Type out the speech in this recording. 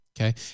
Okay